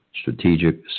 Strategic